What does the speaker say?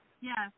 yes